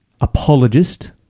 apologist